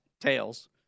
tails